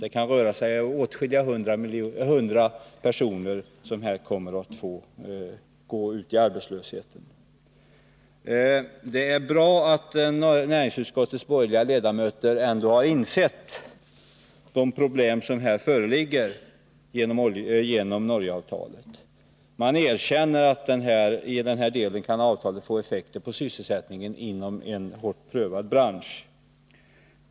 Det kan röra sig om åtskilliga hundratal personer som kommer att få gå ut i arbetslöshet. Det är bra att näringsutskottets borgerliga ledamöter ändå har insett de problem som här föreligger på grund av Norgeavtalet. Man erkänner att avtalet i denna del kan få effekter på sysselsättningen inom en hårt prövad bransch.